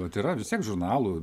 vat yra vistiek žurnalų